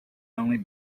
only